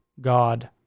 God